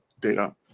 data